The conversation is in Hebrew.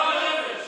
גועל נפש.